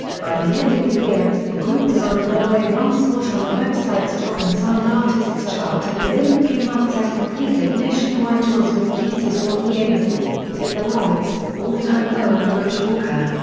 by the end of the year, the group was on the no. one spot on the website's top unsigned artists chart and within a few months had completed nationwide tours with cute is what we aim for, hit the lights, all time low and butch walker.